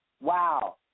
Wow